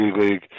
League